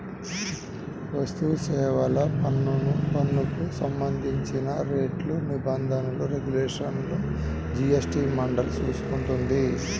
వస్తుసేవల పన్నుకు సంబంధించిన రేట్లు, నిబంధనలు, రెగ్యులేషన్లను జీఎస్టీ మండలి చూసుకుంటుంది